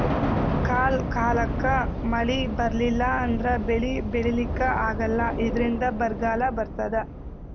ಕಾಲ್ ಕಾಲಕ್ಕ್ ಮಳಿ ಬರ್ಲಿಲ್ಲ ಅಂದ್ರ ಬೆಳಿ ಬೆಳಿಲಿಕ್ಕ್ ಆಗಲ್ಲ ಇದ್ರಿಂದ್ ಬರ್ಗಾಲ್ ಬರ್ತದ್